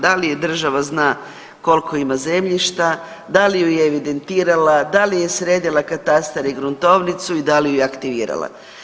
Da li je država zna koliko ima zemljišta, da li ju je evidentirala, da li je sredila katastar i gruntovnicu i da li ju je aktivirala.